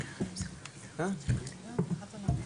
(באמצעות מצגת)